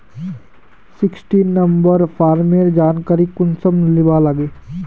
Sixteen number फार्मेर जानकारी कुंसम लुबा लागे?